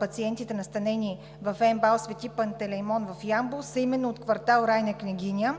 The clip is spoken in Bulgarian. пациентите, настанени в МБАЛ „Св. Пантелеймон“ в Ямбол, са именно от квартал „Райна Княгиня“.